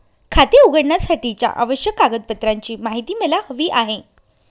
खाते उघडण्यासाठीच्या आवश्यक कागदपत्रांची माहिती मला हवी आहे